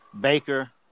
Baker